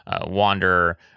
wander